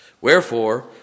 Wherefore